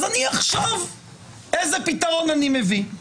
אז אני אחשוב איזה פתרון אני מביא.